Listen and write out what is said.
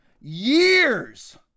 years